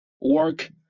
work